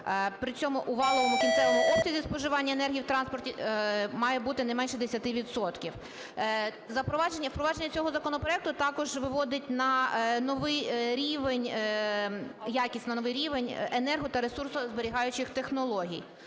При цьому у валовому кінцевому обсязі споживання енергії на транспорті має бути не менше 10 відсотків. Впровадження цього законопроекту також виводить на якісно новий рівень енерго та ресурсозберігаючих технологій.